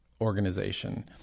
organization